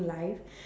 life